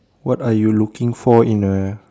what are you looking for in a